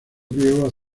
griegos